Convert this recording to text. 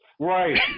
Right